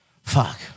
Fuck